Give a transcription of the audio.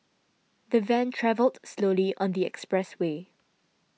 the van travelled slowly on the expressway